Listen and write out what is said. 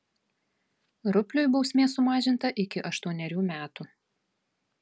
rupliui bausmė sumažinta iki aštuonerių metų